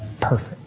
perfect